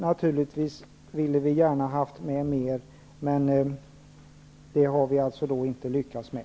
Naturligvis hade vi gärna haft med mera, men det har vi inte lyckats med.